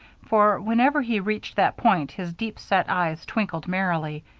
for whenever he reached that point his deep-set eyes twinkled merrily.